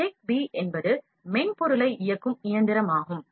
TECH B என்பது TECH B மென்பொருளை இயக்கும் இயந்திரமாகும்